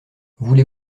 voulez